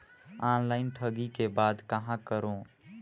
Online ठगी के बाद कहां करों?